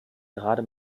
gerade